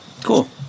Cool